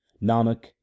Nanak